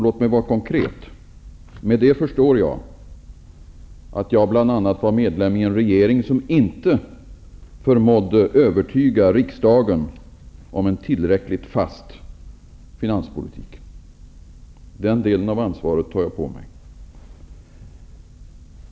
Låt mig vara konkret. Med detta förstår jag att jag bl.a. var medlem i en regering som inte förmådde övertyga riksdagen om en tillräckligt fast finanspolitik. Den delen av ansvaret tar jag på mig.